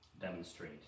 demonstrate